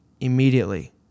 immediately